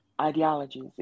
ideologies